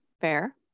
fair